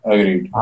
Agreed